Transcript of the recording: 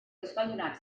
euskaldunak